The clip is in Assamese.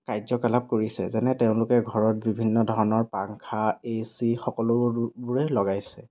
কাৰ্যকলাপ কৰিছে যেনে তেওঁলোকে ঘৰত বিভিন্ন ধৰণৰ পাংখা এ চি সকলোবোৰেই লগাইছে